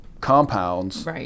compounds